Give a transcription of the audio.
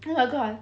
那个 [one]